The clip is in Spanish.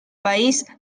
país